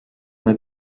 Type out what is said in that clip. una